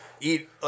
eat